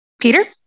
Peter